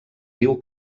riu